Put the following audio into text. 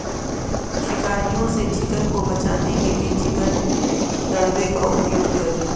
शिकारियों से चिकन को बचाने के लिए चिकन दड़बे का उपयोग करें